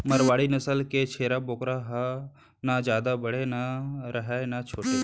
मारवाड़ी नसल के छेरी बोकरा ह न जादा बड़े रहय न छोटे